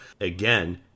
Again